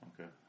Okay